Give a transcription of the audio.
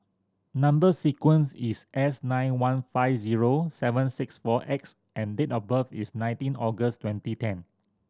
number sequence is S nine one five zero seven six four X and date of birth is nineteen August twenty ten